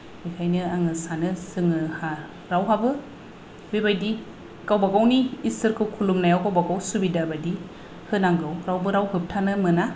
बेखायनो आङो सानो जोङो रावहाबो बेबायदि गावबा गावनि इसोरखौ खुलुमनायाव गावबा गाव सुबिदा बायदि होनांगौ रावबो राव होबथानो मोना